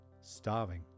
starving